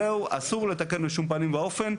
זהו אסור לתקן בשום פנים ואופן,